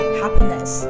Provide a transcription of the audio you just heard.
happiness